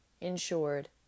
insured